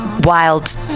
Wild